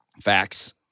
facts